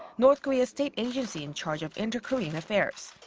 north korea's state agency in charge of inter-korean affairs.